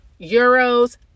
euros